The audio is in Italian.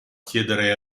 chiedere